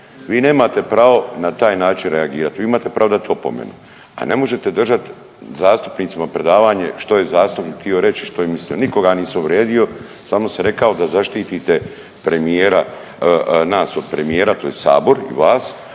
Vi nemate pravo na taj način reagirati, vi imate pravo dati opomenu, a ne možete držati zastupnicima predavanje što je zastupnik htio reći i što je mislio. Nikoga ja nisam uvrijedio samo sam rekao da zaštitite nas od premijera tj. sabor i vas,